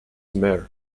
mair